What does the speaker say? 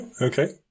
Okay